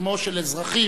כמו של אזרחים,